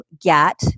get